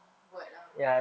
buat lah